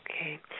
Okay